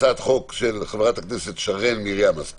הצעת חוק ההוצאה לפועל של חבר הכנסת ג'אבר עסאקלה,